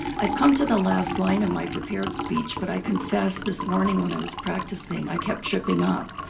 i've come to the last line of my prepared speech but i confess this morning when i was practicing, i kept tripping up.